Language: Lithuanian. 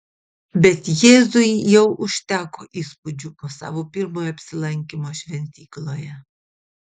bet jėzui jau užteko įspūdžių po savo pirmojo apsilankymo šventykloje